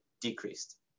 decreased